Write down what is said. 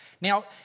Now